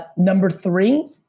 number three,